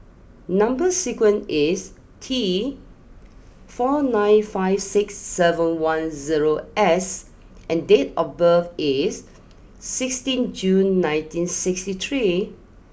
number sequence is T four nine five six seven one zero S and date of birth is sixteen June nineteen sixty three